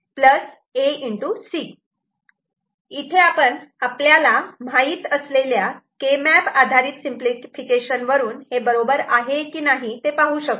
C इथे आपण आपल्याला माहित असलेल्या केमॅप आधारित सिंपलिफिकेशन वरून हे बरोबर आहे कि नाही ते पाहू शकतो